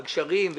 את הגשרים,